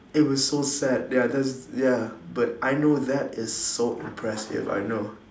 it was so sad they are just ya but I know that is so impressive I know